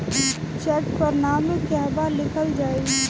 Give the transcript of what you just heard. Check पर नाम कहवा लिखल जाइ?